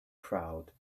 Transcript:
crowd